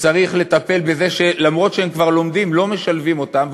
שצריך לטפל בזה שאף שהם כבר לומדים לא משלבים אותם,